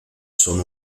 son